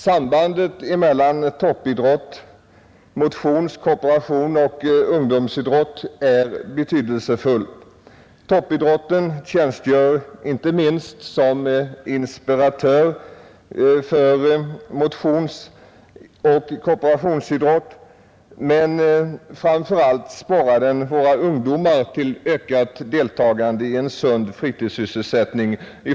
Sambandet mellan toppidrott, motions-, korporationsoch ungdomsidrott är betydelsefullt. Toppidrotten tjänstgör som inspiratör för motionsoch korporationsidrott, men framför allt sporrar den våra ungdomar till ökat deltagande i en sund fritidssysselsättning.